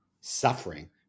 suffering